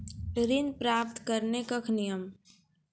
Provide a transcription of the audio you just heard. ऋण प्राप्त करने कख नियम?